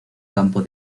campo